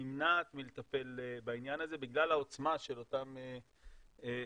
ונמנעת מלטפל בעניין הזה בגלל העוצמה של אותם פושעים.